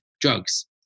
drugs